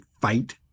fight